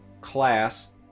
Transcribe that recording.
class